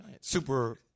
super